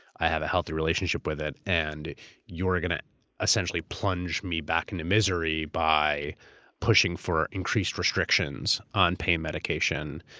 i have a healthy relationship with it and you're going to essentially plunge me back into misery by pushing for increased restrictions on pain medication.